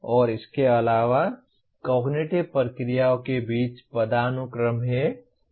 और इसके अलावा कॉग्निटिव प्रक्रियाओं के बीच पदानुक्रम है